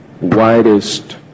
widest